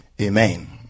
amen